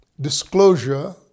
disclosure